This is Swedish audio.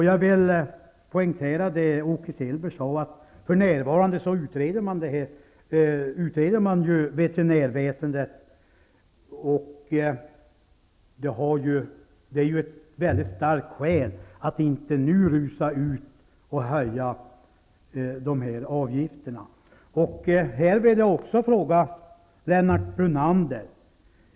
Jag vill poängtera det Åke Selberg sade, att för närvarande utreds veterinärväsendet. Det är ju ett väldigt starkt skäl att inte nu rusa ut och höja de här avgifterna. Brunander.